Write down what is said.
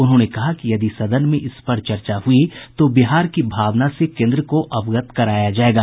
उन्होंने कहा कि यदि सदन में इस पर चर्चा हुई तो बिहार की भावना से केंद्र को अवगत कराया जाएगा